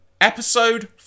episode